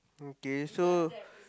okay so